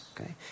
Okay